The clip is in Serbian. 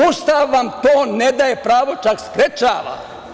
Ustav vam to ne daje pravo, čak sprečava.